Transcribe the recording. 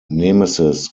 nemesis